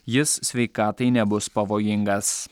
jis sveikatai nebus pavojingas